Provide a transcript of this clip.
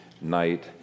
night